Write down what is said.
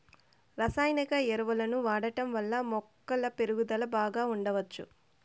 రసాయనిక ఎరువులను వాడటం వల్ల మొక్కల పెరుగుదల బాగా ఉండచ్చు